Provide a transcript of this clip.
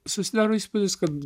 susidaro įspūdis kad